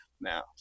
now